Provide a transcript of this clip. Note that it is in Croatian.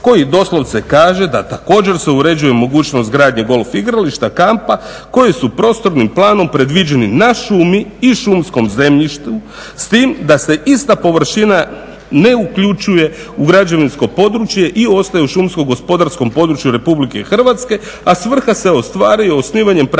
koji doslovce kaže da također se uređuje mogućnost gradnje golf igrališta, kampa koji su prostornim planom predviđeni na šumi i šumskom zemljištu s tim da se ista površina ne uključuje u građevinsko područje i ostaje u šumsko-gospodarskom području RH a svrha se ostvaruje osnivanjem prava